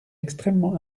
extrêmement